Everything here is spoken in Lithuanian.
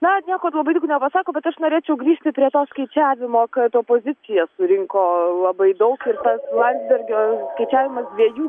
na nieko labai daug nepasako bet aš norėčiau grįžti prie to skaičiavimo kad opozicija surinko labai daug ir tas landsbergio skaičiavimas dviejų